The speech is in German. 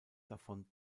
davon